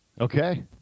Okay